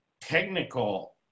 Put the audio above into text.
technical